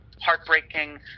heartbreaking